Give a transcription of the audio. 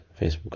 Facebook